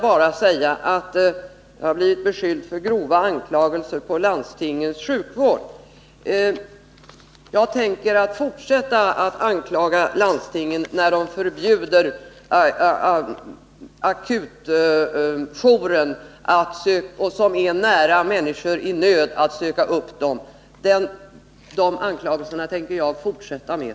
Jag har blivit beskylld för grova anklagelser mot landstingens sjukvård. Jag tänker fortsätta att anklaga landstingen för att de förbjuder människor att, när de är i nöd, söka akutjouren som är nära till hands för dem. De anklagelserna, herr talman, tänker jag fortsätta med.